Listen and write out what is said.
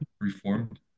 reformed